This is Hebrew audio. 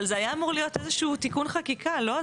אבל זה היה אמור להיות איזשהו תיקון חקיקה, לא?